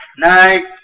night,